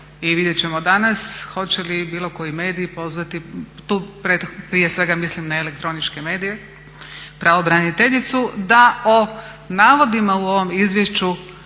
I vidjeti ćemo danas hoće li bilo koji medij pozvati, tu prije svega mislim na elektroničke medije, pravobraniteljicu da o navodima u ovom izvješću